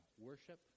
worship